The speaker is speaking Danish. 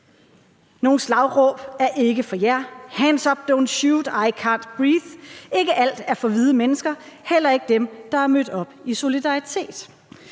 Nogle slagråb er ikke for jer. Hands up, don't shoot og I can't breathe. Ikke alt er for hvide mennesker, heller ikke for dem, der er mødt op i solidaritet.